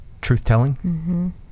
truth-telling